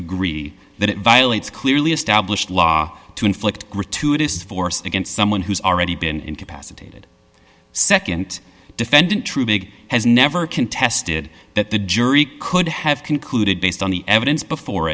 agree that it violates clearly established law to inflict gratuitous force against someone who's already been incapacitated nd defendant true big has never contested that the jury could have concluded based on the evidence before